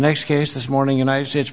next case this morning united states